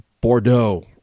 Bordeaux